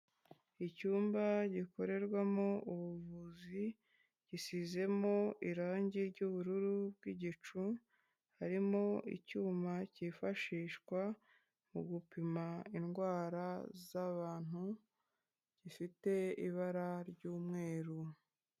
Icyumba gikorerwamo ubuvuzi gisizemo irangi ry'ubururu bw'igicu, harimo icyuma cyifashishwa mu gupima indwara z'abantu gifite ibara ry'umweru.